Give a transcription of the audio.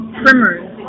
primers